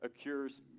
occurs